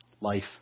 life